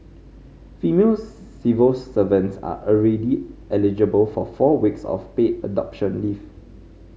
female civil servants are already eligible for four weeks of paid adoption leave